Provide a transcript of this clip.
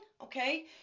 okay